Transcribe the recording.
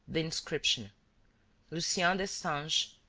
the inscription lucien destange,